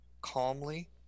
calmly